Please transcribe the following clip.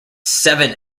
seven